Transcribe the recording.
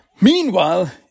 Meanwhile